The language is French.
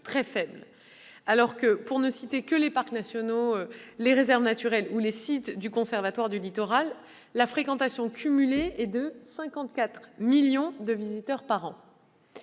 très faible, alors que, pour ne citer que les parcs nationaux, les réserves naturelles ou les sites du Conservatoire du littoral, la fréquentation cumulée est de 54 millions de visiteurs par an.